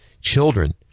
children